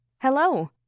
Hello